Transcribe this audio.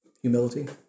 humility